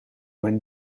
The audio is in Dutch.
mijn